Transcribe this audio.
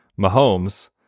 Mahomes